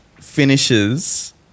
finishes